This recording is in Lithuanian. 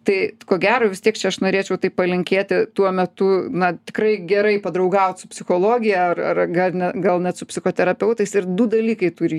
tai ko gero vis tiek čia aš norėčiau taip palinkėti tuo metu na tikrai gerai padraugaut su psichologija ar ar gar gal net su psichoterapeutais ir du dalykai turi